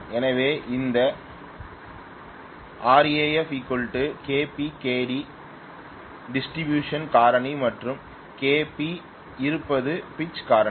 எனவே இந்த kw kpkd kd distribution காரணி மற்றும் kp இருப்பது பிட்ச் காரணி